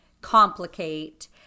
complicate